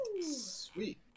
Sweet